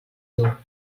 dur